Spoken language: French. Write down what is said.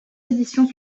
éditions